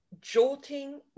jolting